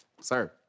sir